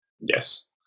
Yes